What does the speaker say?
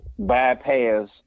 bypass